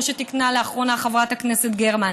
כמו שתיקנה לאחרונה חברת הכנסת גרמן.